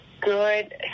good